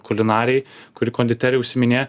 kulinarei kuri konditerija užsiminėja